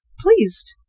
pleased